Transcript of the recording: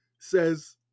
says